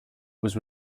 was